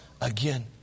again